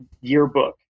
yearbook